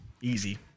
Easy